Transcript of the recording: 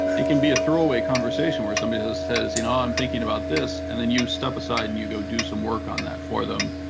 it can be a throwaway conversation where somebody says you know i'm thinking about this, and then you step aside and you go do some work on that for them,